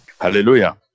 Hallelujah